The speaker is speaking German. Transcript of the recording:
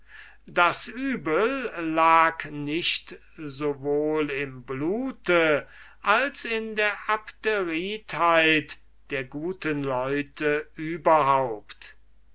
das übel lag nicht sowohl im blute als in der abderitheit der guten leute überhaupt